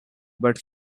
but